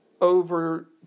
over